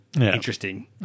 interesting